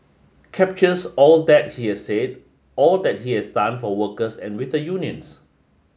captures all that he had said all that he has done for workers and with the unions